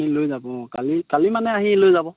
আহি লৈ যাব অঁ কালি কালি মানে আহি লৈ যাব